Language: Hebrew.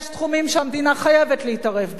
יש תחומים שהמדינה חייבת להתערב בהם,